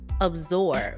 absorb